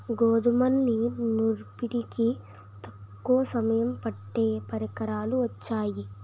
గోధుమల్ని నూర్పిడికి తక్కువ సమయం పట్టే పరికరాలు వొచ్చాయి